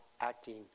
acting